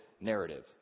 narrative